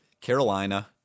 Carolina